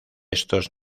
estos